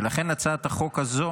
ולכן הצעת החוק הזו